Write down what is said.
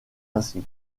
ainsi